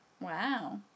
Wow